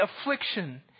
affliction